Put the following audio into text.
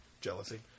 Jealousy